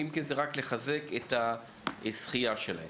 ואם כן זה רק לחזק את השחייה שלהם.